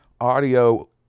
audio